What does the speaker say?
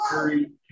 three